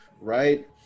right